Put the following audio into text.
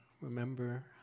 Remember